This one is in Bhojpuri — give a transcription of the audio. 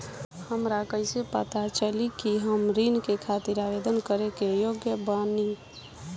हमरा कइसे पता चली कि हम ऋण के खातिर आवेदन करे के योग्य बानी?